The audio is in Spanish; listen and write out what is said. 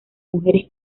mujeres